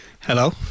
hello